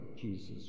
Jesus